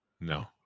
No